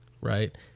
right